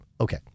Okay